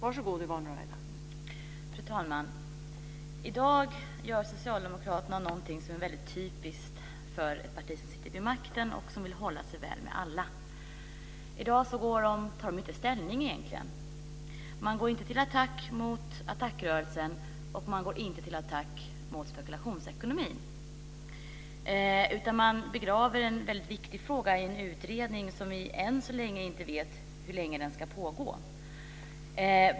Fru talman! I dag gör Socialdemokraterna någonting som är väldigt typiskt för ett parti som sitter vid makten och vill hålla sig väl med alla. De tar egentligen inte ställning i dag. Man går inte till attack mot ATTAC-rörelsen och man går inte till attack mot spekulationsekonomin. Man begraver i stället en väldigt viktig fråga i en utredning som vi ännu så länge inte vet hur länge den ska pågå.